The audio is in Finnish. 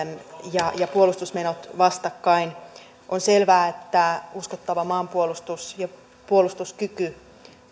ja ja puolustusmenot vastakkain on selvää että uskottava maanpuolustus ja puolustuskyky